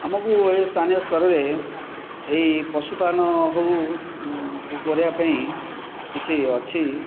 ଆମକୁ ଏ ସ୍ଥାନୀୟ ସ୍ତରରେ ଏଇ ପଶୁ ପାଳନ ହେଉ କରିବା ପାଇଁ କିଛି ଅଛି